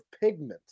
pigment